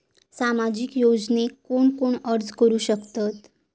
सामाजिक योजनेक कोण कोण अर्ज करू शकतत?